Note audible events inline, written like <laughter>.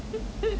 <noise>